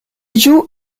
joue